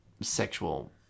sexual